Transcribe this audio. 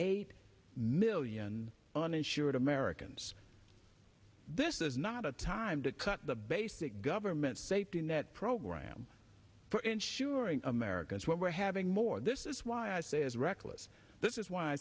eight million uninsured americans this is not a time to cut the basic government safety net program for ensuring a mare because we're having more this is why i say is reckless this is why i